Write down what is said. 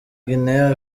guinée